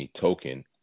token